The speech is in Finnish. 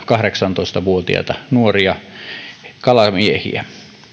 kahdeksantoista vuotiaita nuoria kalamiehiä